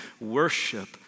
worship